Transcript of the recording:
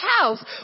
house